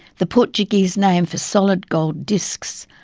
the portuguese name for solid gold discs,